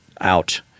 out